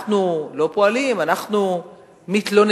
אנחנו לא פועלים, אנחנו מתלוננים,